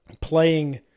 playing